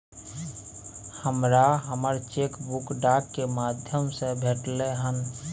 हमरा हमर cheque book डाक के माध्यम से भेटलय हन